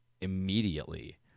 immediately